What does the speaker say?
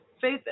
Faith